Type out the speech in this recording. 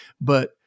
but-